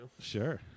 Sure